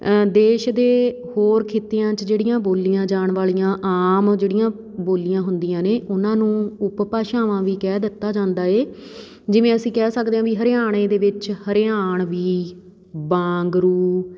ਦੇਸ਼ ਦੇ ਹੋਰ ਖਿੱਤਿਆਂ 'ਚ ਜਿਹੜੀਆਂ ਬੋਲੀਆਂ ਜਾਣ ਵਾਲੀਆਂ ਆਮ ਜਿਹੜੀਆਂ ਬੋਲੀਆਂ ਹੁੰਦੀਆਂ ਨੇ ਉਹਨਾਂ ਨੂੰ ਉਪਭਾਸ਼ਾਵਾਂ ਵੀ ਕਹਿ ਦਿੱਤਾ ਜਾਂਦਾ ਹੈ ਜਿਵੇਂ ਅਸੀਂ ਕਹਿ ਸਕਦੇ ਹਾਂ ਵੀ ਹਰਿਆਣੇ ਦੇ ਵਿੱਚ ਹਰਿਆਣਵੀ ਵਾਂਗਰੂ